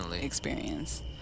experience